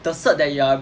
the cert that you are